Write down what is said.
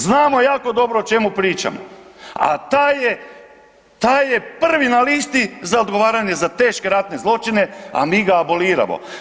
Znamo jako dobro o čemu pričam, a taj je, taj je prvi na listi za odgovaranje za teške ratne zločine, a mi ga aboliramo.